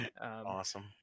Awesome